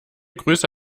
grüße